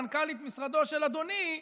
מנכ"לית משרדו של אדוני,